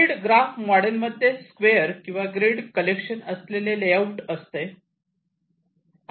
grid graph model मध्ये square किंवा grid collection असलेले लेआउट असते